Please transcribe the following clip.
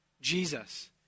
Jesus